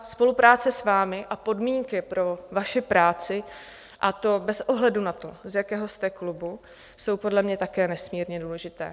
Spolupráce s vámi a podmínky pro vaši práci, a to bez ohledu na to, z jakého jste klubu, jsou podle mě také nesmírně důležité.